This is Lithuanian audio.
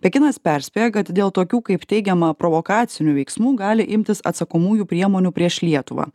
pekinas perspėja kad dėl tokių kaip teigiama provokacinių veiksmų gali imtis atsakomųjų priemonių prieš lietuvą